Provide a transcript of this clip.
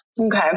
Okay